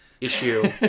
issue